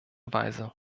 weise